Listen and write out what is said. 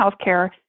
healthcare